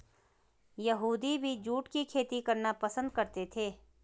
यहूदी भी जूट की खेती करना पसंद करते थे